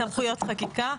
וסמכויות חקיקה,